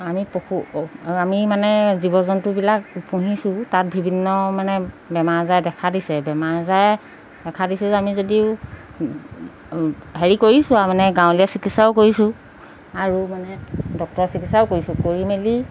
আমি পশু আমি মানে জীৱ জন্তুবিলাক পুহিছোঁ তাত বিভিন্ন মানে বেমাৰ আজাৰ দেখা দিছে বেমাৰ আজাৰে দেখা দিছে যে আমি যদিও হেৰি কৰিছোঁ আৰু মানে গাঁৱলীয়া চিকিৎসাও কৰিছোঁ আৰু মানে ডক্তৰৰ চিকিৎসাও কৰিছোঁ কৰি মেলি